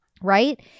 Right